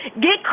get